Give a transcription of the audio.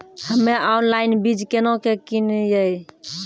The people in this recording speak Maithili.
हम्मे ऑनलाइन बीज केना के किनयैय?